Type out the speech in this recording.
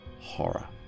horror